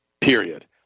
period